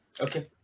okay